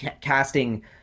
casting